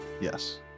Yes